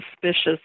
suspicious